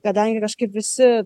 kadangi kažkaip visi